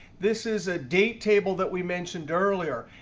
this is a date table that we mentioned earlier.